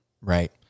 right